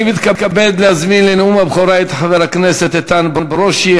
אני מתכבד להזמין לנאום הבכורה את חבר הכנסת איתן ברושי,